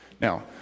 Now